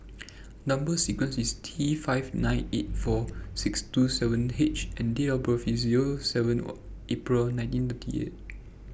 Number sequence IS T five nine eight four six two seven H and Date of birth IS Zero seven April nineteen thirty eight